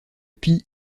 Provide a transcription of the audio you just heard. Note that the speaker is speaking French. pie